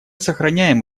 сохраняем